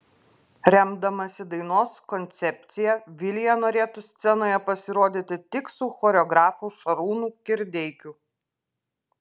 remdamasi dainos koncepcija vilija norėtų scenoje pasirodyti tik su choreografu šarūnu kirdeikiu